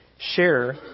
share